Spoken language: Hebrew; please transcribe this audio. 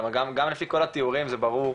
גם לפי כל התיאורים זה ברור,